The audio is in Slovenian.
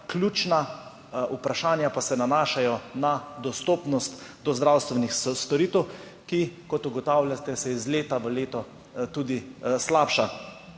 Ključna vprašanja pa se nanašajo na dostopnost do zdravstvenih storitev, ki, kot ugotavljate, se iz leta v leto tudi slabša.